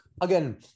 again